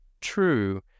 true